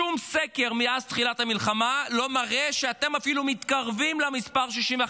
שום סקר מאז תחילת המלחמה לא מראה שאתם אפילו מתקרבים למספר 61,